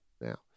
now